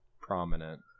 prominent